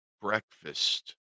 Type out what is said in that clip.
breakfast